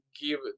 give